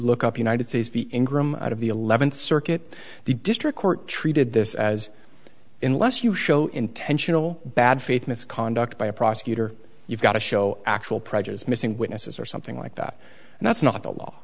look up united states v ingram out of the eleventh circuit the district court treated this as in less you show intentional bad faith misconduct by a prosecutor you've got to show actual prejudice missing witnesses or something like that and that's not the law